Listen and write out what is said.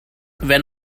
when